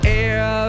air